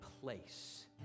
place